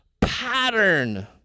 pattern